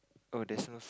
oh there's no